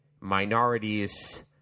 minorities